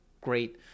great